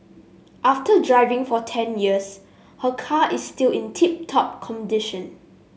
after driving for ten years her car is still in tip top condition